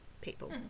people